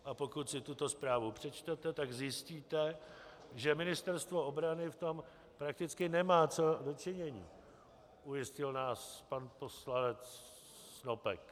A pokud si tuto zprávu přečtete, tak zjistíte, že Ministerstvo obrany v tom prakticky nemá co do činění, ujistil nás pan poslanec Snopek.